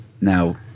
Now